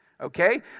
Okay